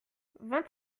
vingt